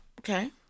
Okay